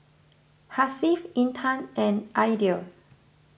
Hasif Intan and Aidil